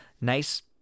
Nice